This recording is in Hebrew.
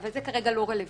אבל זה כרגע לא רלוונטי.